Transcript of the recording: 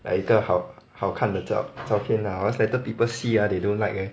like 一个好好看的照照片 lah hor else later people see ah they don't like eh